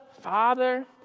Father